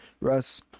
Russ